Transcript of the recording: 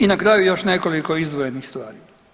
I na kraju još nekoliko izdvojenih stvari.